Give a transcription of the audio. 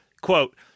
quote